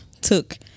took